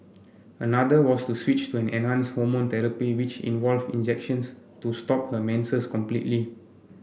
another was to switch to an enhanced hormone therapy which involved injections to stop her menses completely